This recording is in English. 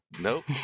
nope